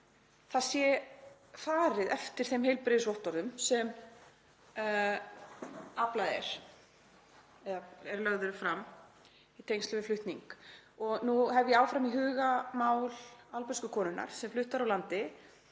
að farið sé eftir þeim heilbrigðisvottorðum sem aflað er, eða sem lögð eru fram, í tengslum við slíkan flutning? Og nú hef ég áfram í huga mál albönsku konunnar sem flutt var úr landi